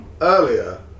Earlier